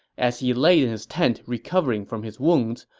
as he laid in his tent recovering from his wounds,